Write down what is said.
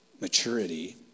maturity